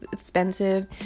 expensive